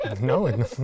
No